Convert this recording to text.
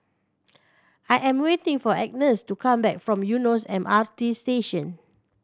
I am waiting for Agness to come back from Eunos M R T Station